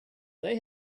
they